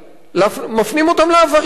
בעצם מפנים אותם לעבריינות.